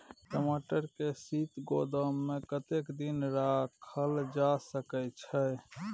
टमाटर के शीत गोदाम में कतेक दिन तक रखल जा सकय छैय?